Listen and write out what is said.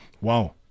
wow